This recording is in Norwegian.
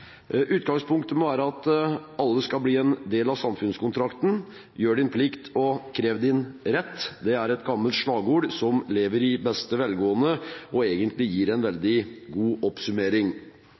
Utgangspunktet må være at alle skal bli en del av samfunnskontrakten – gjør din plikt og krev din rett. Det er et gammelt slagord som lever i beste velgående og egentlig gir en veldig god oppsummering.